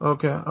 Okay